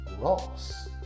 Ross